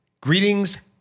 Greetings